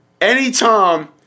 anytime